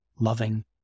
loving